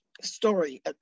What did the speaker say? story